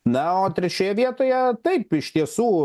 na o trečioje vietoje taip iš tiesų